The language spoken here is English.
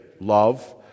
love